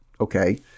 okay